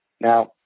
Now